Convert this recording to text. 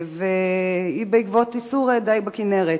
והיא בעקבות איסור הדיג בכינרת.